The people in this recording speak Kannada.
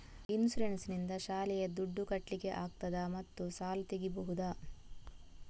ಇನ್ಸೂರೆನ್ಸ್ ನಿಂದ ಶಾಲೆಯ ದುಡ್ದು ಕಟ್ಲಿಕ್ಕೆ ಆಗ್ತದಾ ಮತ್ತು ಸಾಲ ತೆಗಿಬಹುದಾ?